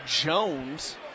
Jones